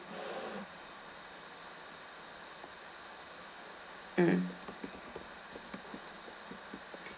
mm